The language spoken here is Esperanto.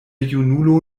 junulo